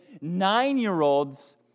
nine-year-olds